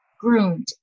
groomed